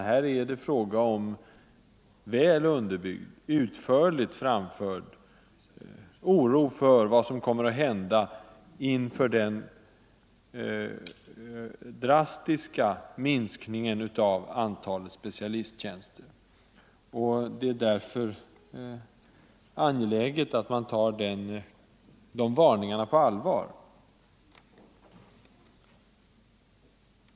Här är det fråga om väl underbyggd och utförligt framförd oro för vad som kommer att hända i och med den drastiska minskningen av antalet specialisttjänster. Det är därför angeläget att vi tar de varningarna på allvar.